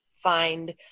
find